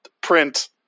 print